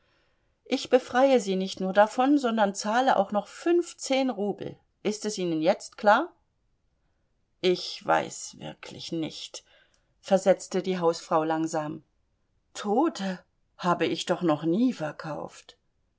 ich befreie sie nicht nur davon sondern zahle auch noch fünfzehn rubel ist es ihnen jetzt klar ich weiß wirklich nicht versetzte die hausfrau langsam tote habe ich doch noch nie verkauft